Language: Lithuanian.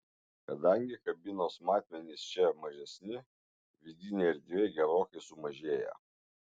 kadangi kabinos matmenys čia mažesni vidinė erdvė gerokai sumažėja